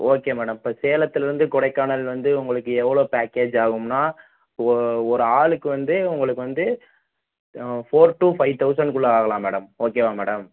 okay madam இப்போ சேலத்தில் இருந்து கொடைக்கானல் வந்து உங்களுக்கு எவ்வளோ பேக்கேஜ் ஆகும்னா ஓ ஒரு ஆளுக்கு வந்து உங்களுக்கு வந்து ஃபோர் டு ஃபைவ் தௌசண்ட்க்குள்ள ஆகலாம் மேடம் ஓகேவா மேடம்